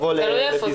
תלוי איפה.